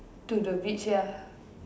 to the beach ya